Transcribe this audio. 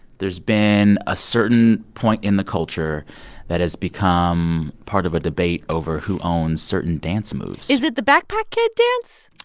there's been a certain point in the culture that has become part of a debate over who owns certain dance moves is it the backpack kid dance?